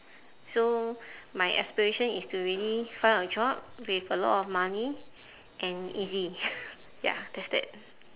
so my aspiration is to really find a job with a lot of money and easy ya there's that